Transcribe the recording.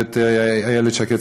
את איילת שקד,